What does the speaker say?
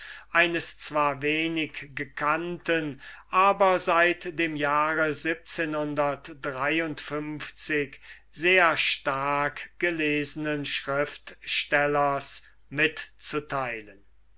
eines zwar wenig bekannten aber seit dem jahre sehr stark gelesenen schriftstellers mitzuteilen